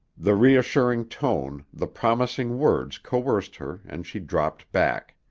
the reassuring tone, the promising words coerced her and she dropped back.